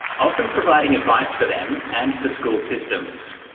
often providing advice for them, and for school systems.